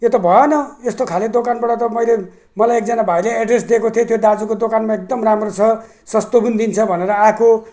यो त भएन यस्तो खाले दोकानबाट त मैले मलाई एकजना भाइले एड्रेस दिएको थियो त्यो दाजुको दोकानमा एकदम राम्रो छ सस्तो पनि दिन्छ भनेर आएको